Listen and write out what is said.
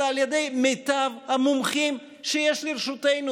אלא על ידי מיטב המומחים שלרשותנו.